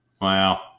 Wow